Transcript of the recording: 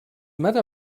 matter